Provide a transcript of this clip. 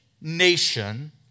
nation